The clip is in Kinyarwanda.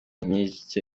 micye